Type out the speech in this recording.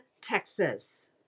Texas